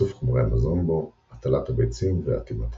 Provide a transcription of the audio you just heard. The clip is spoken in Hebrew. איסוף חומרי המזון בו, הטלת הביצים, ואטימת הקן.